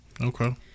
Okay